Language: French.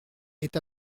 est